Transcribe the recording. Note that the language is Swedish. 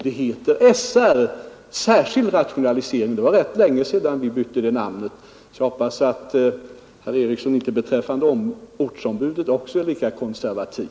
Det var ganska länge sedan vi bytte ut det namnet — nu heter det SR, dvs. särskild rationalisering. Jag hoppas att herr Eriksson inte också beträffande sina gode män är lika konservativ.